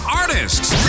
artists